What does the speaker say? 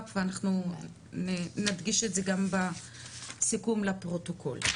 ואנחנו נדגיש את זה גם בסיכום לפרוטוקול.